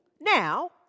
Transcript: Now